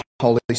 Holy